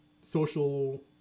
social